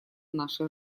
нашей